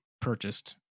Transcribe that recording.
purchased